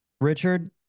Richard